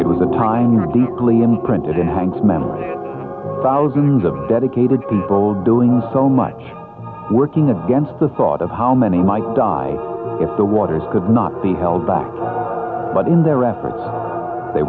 imprinted in hanks memory thousands of dedicated people doing so much working against the thought of how many might die at the water's could not be held back but in their efforts they